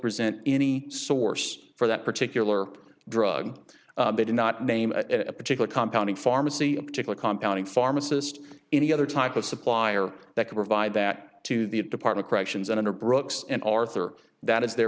present any source for that particular drug they did not name at a particular compound pharmacy a particular compound and pharmacist any other type of supplier that could provide that to the it department corrections under brooks and arthur that is the